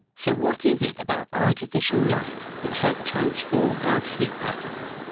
so what is it about artificial light that helped transform our sleep patterns?